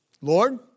Lord